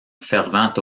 fervent